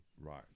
right